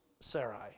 Sarai